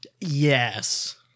Yes